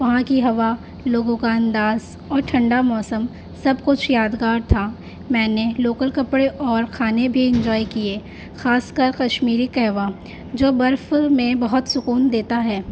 وہاں کی ہوا لوگوں کا انداز اور ٹھنڈا موسم سب کچھ یادگار تھا میں نے لوکل کپڑے اور کھانے بھی انجوائے کیے خاص کر کشمیری قہوہ جو برف میں بہت سکون دیتا ہے